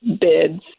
bids